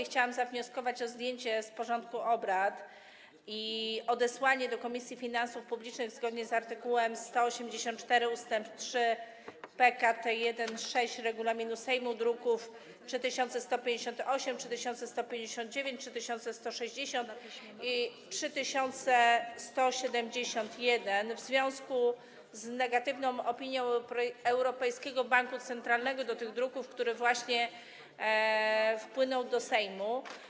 Chciałam zawnioskować o zdjęcie z porządku obrad i odesłanie do Komisji Finansów Publicznych, zgodnie z art. 184 ust. 3 pkt 1–6 regulaminu Sejmu, druków nr 3158, 3159, 3160 i 3171 w związku z negatywną opinią Europejskiego Banku Centralnego wobec tych druków, która właśnie wpłynęła do Sejmu.